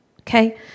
Okay